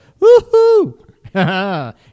Woohoo